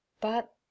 But—